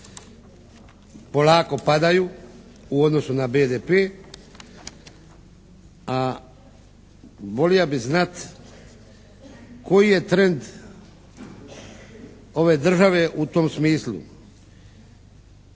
polako padaju u odnosu na BDP. A volia bi znati koji je trend ove države u tom smislu.